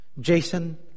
Jason